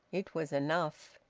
it was enough.